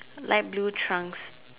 light blue trunks